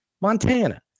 Montana